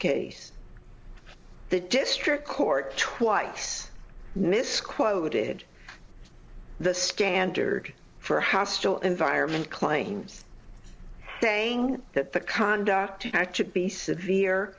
case the district court twice misquoted the scandal for hostile environment claims saying that the conduct to be severe